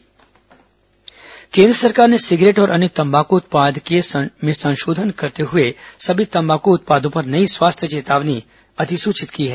केन्द्र तम्बाकू केन्द्र सरकार ने सिगरेट और अन्य तम्बाकू उत्पाद में संशोधन करते हुए सभी तम्बाकू उत्पादों पर नई स्वास्थ्य चेतावनी अधिसूचित की है